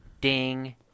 ding